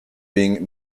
being